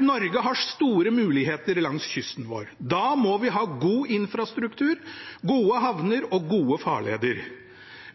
Norge har store muligheter langs kysten. Da må vi ha god infrastruktur, gode havner og gode farleder.